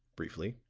briefly.